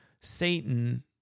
Satan